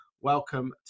Welcome